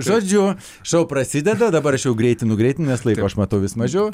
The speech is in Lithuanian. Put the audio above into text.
žodžiu šou prasideda dabar aš jau greitinu greitinu nes laiko aš matau vis mažiau